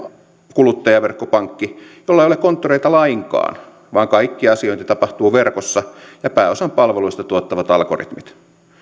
kuluttajaverkkopankki jolla ei ole konttoreita lainkaan vaan kaikki asiointi tapahtuu verkossa ja pääosan palveluista tuottavat algoritmit